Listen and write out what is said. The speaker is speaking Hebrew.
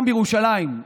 גם בירושלים,